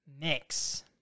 Mix